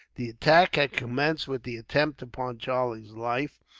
the attack had commenced with the attempt upon charlie's life,